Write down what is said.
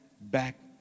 back